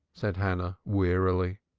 said hannah wearily,